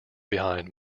behind